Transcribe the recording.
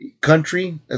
country